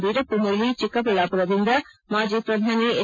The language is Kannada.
ವೀರಪ್ಪ ಮೊಬ್ಲಿ ಚಿಕ್ಕಬಳ್ಳಾಮರದಿಂದ ಮಾಜಿ ಪ್ರಧಾನಿ ಎಚ್